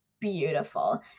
beautiful